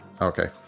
Okay